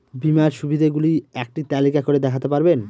বীমার সুবিধে গুলি একটি তালিকা করে দেখাতে পারবেন?